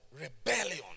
rebellion